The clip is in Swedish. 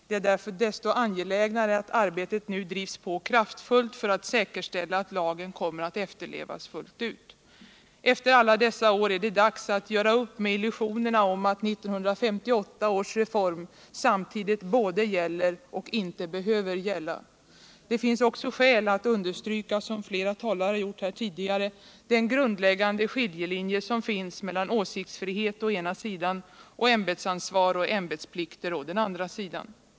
Det är därför desto angelägnare att arbetet nu bedrivs på ett kraftfullt sätt för att säkerställa att lagen kommer att efterlevas fullt ut. Efter alla dessa år är det dags att göra upp med illusionerna om att 1958 års reform samtidigt både gäller och inte behöver gälla. Det är också skäl att understryka - som flera talare har gjort här tidigare — den grundläggande skiljelinje som finns mellan åsiktsfrihet å ena sidan och ämbetsansvar och ämbetsplikter å den andra sidan.